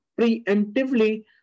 preemptively